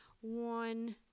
one